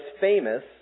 famous